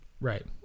right